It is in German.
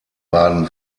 baden